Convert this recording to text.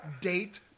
date